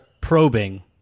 probing